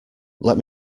let